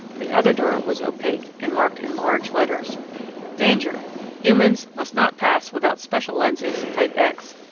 the other door was opaque, and marked in large letters danger humans must not pass without special lenses type x.